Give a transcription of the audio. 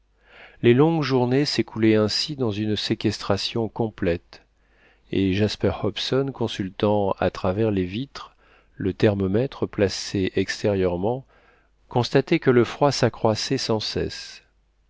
les longues journées s'écoulaient ainsi dans une séquestration complète et jasper hobson consultant à travers les vitres le thermomètre placé extérieurement constatait que le froid s'accroissait sans cesse